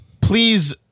please